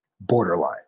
borderline